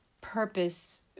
purpose